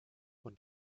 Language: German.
und